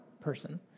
person